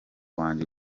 wanjye